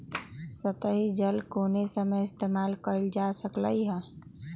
सतही जल कोनो समय इस्तेमाल कएल जा सकलई हई